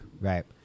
right